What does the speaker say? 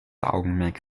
augenmerk